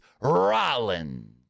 Rollins